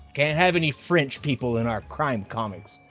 can't have any french people in our crime comics.